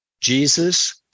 Jesus